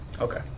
Okay